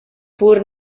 pur